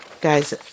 Guys